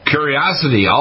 Curiosity